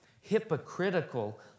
hypocritical